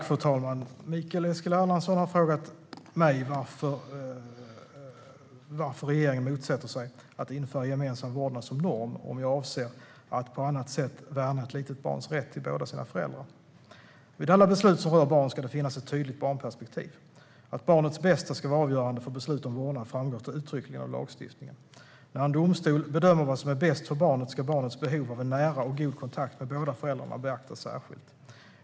Fru talman! Mikael Eskilandersson har frågat mig varför regeringen motsätter sig att införa gemensam vårdnad som norm och om jag avser att på annat sätt värna ett litet barns rätt till båda sina föräldrar. Vid alla beslut som rör barn ska det finnas ett tydligt barnperspektiv. Att barnets bästa ska vara avgörande för beslut om vårdnad framgår uttryckligen av lagstiftningen. När en domstol bedömer vad som är bäst för barnet ska barnets behov av en nära och god kontakt med båda föräldrarna beaktas särskilt.